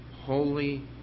holy